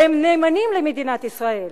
והם נאמנים למדינת ישראל